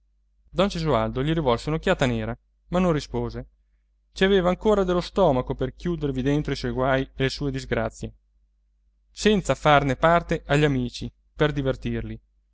vanitatum don gesualdo gli rivolse un'occhiata nera ma non rispose ci aveva ancora dello stomaco per chiudervi dentro i suoi guai e le sue disgrazie senza farne parte agli amici per divertirli